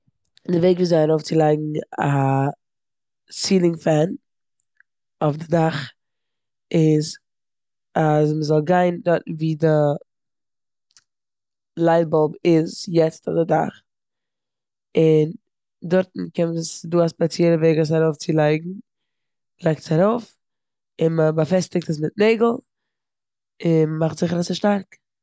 די וועג וויאזוי ארויפצילייגן א- א סילינג פען אויף די אז איז אז מ'זאל גיין דארטן ווי די לליט באלב איז יעצט אויך די דאך און דארטן קען מען עס- ס'דא א ספעציעלע וועג וויאזוי עס ארויפצילייגן. מ'לייגט עס ארויף און מ'באפעסטיגט עס מיט נעגל און מ'מאכט זיכער אז ס'שטארק.